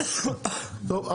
טוב,